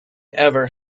ever